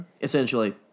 Essentially